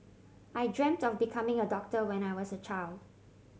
I dreamt of becoming a doctor when I was a child